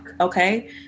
Okay